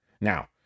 Now